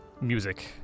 music